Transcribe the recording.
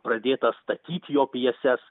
pradėta statyt jo pjeses